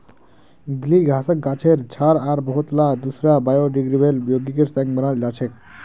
गीली घासक गाछेर छाल आर बहुतला दूसरा बायोडिग्रेडेबल यौगिकेर संग बनाल जा छेक